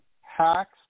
Hacks